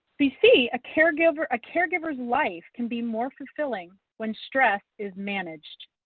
we see a caregivers caregivers life can be more fulfilling when stress is managed.